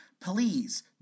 please